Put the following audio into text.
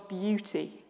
beauty